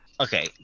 Okay